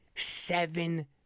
seven